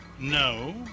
No